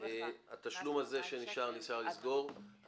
נשאר לסגור את התשלום.